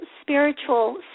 spiritual